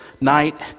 night